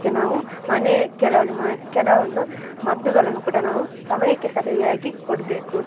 ಅದಕ್ಕೆ ನಾವು ಮನೆ ಕೆಲವಲ್ಲಿ ಮ್ ಕೆಲವೊಂದು ಮದ್ದುಗಳನ್ನು ಕೂಡ ನಾವು ಸಮಯಕ್ಕೆ ಸರಿಯಾಗಿ ಕೊಡಬೇಕು